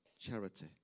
charity